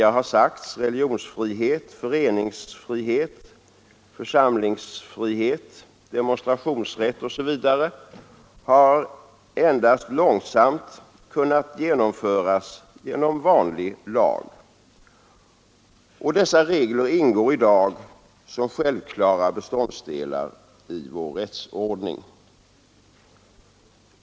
Religionsfrihet, föreningsfrihet, församlingsfrihet, demonstrationsrätt osv. har, som här tidigare sagts, endast långsamt kunnat genomföras genom vanlig lagstiftning, Dessa regler ingår i dag som självklara beståndsdelar i vår rättsordning.